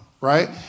right